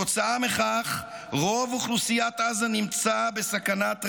"כתוצאה מכך, רוב אוכלוסיית עזה נמצא בסכנת רעב.